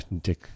Dick